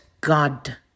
God